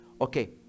Okay